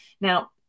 Now